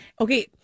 Okay